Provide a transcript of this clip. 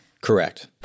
Correct